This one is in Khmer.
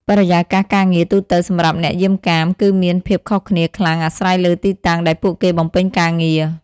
បរិយាកាសការងារទូទៅសម្រាប់អ្នកយាមកាម គឺមានភាពខុសគ្នាខ្លាំងអាស្រ័យលើទីតាំងដែលពួកគេបំពេញការងារ។